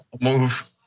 move